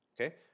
okay